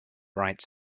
bright